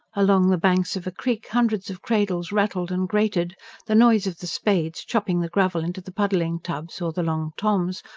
along the banks of a creek, hundreds of cradles rattled and grated the noise of the spades, chopping the gravel into the puddling-tubs or the long toms,